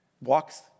walks